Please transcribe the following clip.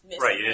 Right